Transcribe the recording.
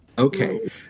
Okay